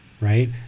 right